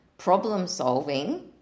problem-solving